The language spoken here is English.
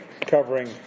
Covering